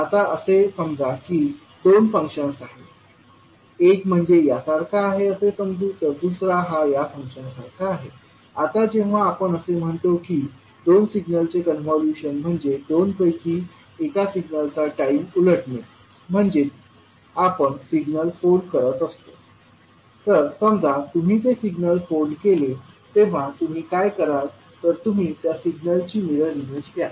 आता असे समजा की दोन फंक्शन्स आहेत एक म्हणजे यासारखा आहे असे समजू तर दुसरा हा या फंक्शन सारखा आहे आता जेव्हा आपण असे म्हणतो की दोन सिग्नलचे कॉन्व्होल्यूशन म्हणजे दोन पैकी एका सिग्नलचा टाईम उलटणे म्हणजे आपण सिग्नल फोल्ड करत असतो तर समजा तुम्ही ते सिग्नल फोल्ड केले तेव्हा तुम्ही काय कराल तर तुम्ही त्या सिग्नलची मिरर इमेज घ्याल